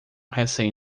recém